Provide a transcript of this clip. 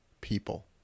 people